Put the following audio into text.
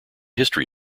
history